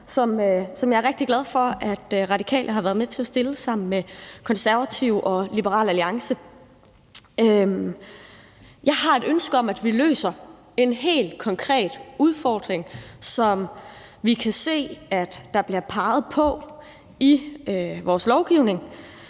som jeg er rigtig glad for at Radikale har været med til at fremsætte sammen med Konservative og Liberal Alliance. Jeg har et ønske om, at vi løser en helt konkret udfordring i vores lovgivning. Vi kan se, at der bliver peget på, om ikke vi